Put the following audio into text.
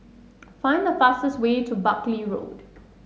find the fastest way to Buckley Road